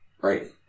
Right